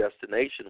destination